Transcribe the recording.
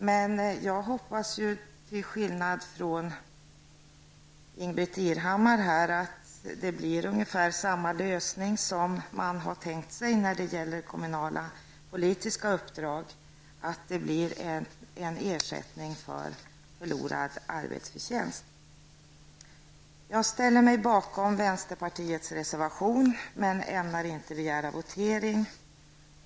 Men jag hoppas, till skillnad från Ingbritt Irhammar, att det blir ungefär samma lösning som man har tänkt sig när det gäller kommunala politiska uppdrag, dvs. att det blir ersättning för förlorad arbetsförtjänst. Jag ställer mig bakom vänsterpartiets reservation men ämnar inte begära votering.